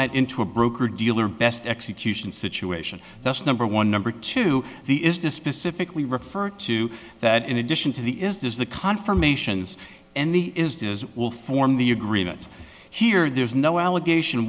that into a broker dealer best execution situation that's number one number two the is to specifically refer to that in addition to the is the confirmations any will form the agreement here there's no allegation